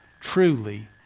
truly